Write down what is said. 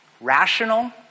Rational